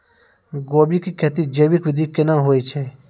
गोभी की खेती जैविक विधि केना हुए छ?